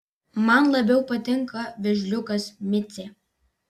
man labiau patinka vėžliukas micė